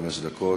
חמש דקות.